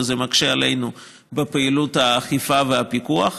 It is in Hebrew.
וזה מקשה עלינו את פעילות האכיפה והפיקוח.